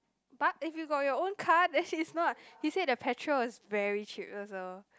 but if you got your own car then is not he say the petrol is very cheap also